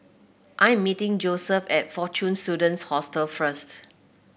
I am meeting Joeseph at Fortune Students Hostel first